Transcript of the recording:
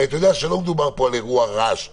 הרי אתה יודע שלא מדובר פה על אירוע רעש רגיל,